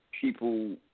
People